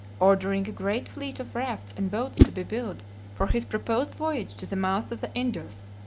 ordering a great fleet of rafts and boats to be built for his proposed voyage to the mouth of the indus,